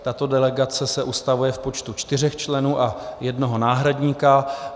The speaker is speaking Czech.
Tato delegace se ustavuje v počtu čtyř členů a jednoho náhradníka.